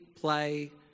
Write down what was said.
play